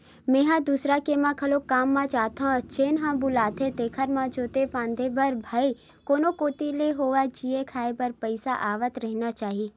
मेंहा दूसर के म घलोक काम म जाथो जेन ह बुलाथे तेखर म जोते फांदे बर भई कोनो कोती ले होवय जीए खांए बर पइसा आवत रहिना चाही